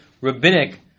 rabbinic